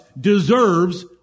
deserves